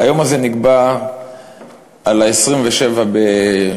היום הזה נקבע ל-27 בינואר,